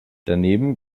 daneben